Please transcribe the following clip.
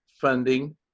funding